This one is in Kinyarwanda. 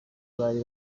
bari